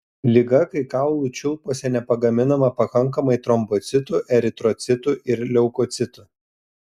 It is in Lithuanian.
liga kai kaulų čiulpuose nepagaminama pakankamai trombocitų eritrocitų ir leukocitų